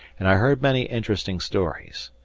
and i heard many interesting stories.